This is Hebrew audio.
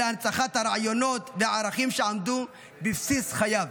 אלא הנצחת הרעיונות והערכים שעמדו בבסיס חייו.